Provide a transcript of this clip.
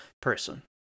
person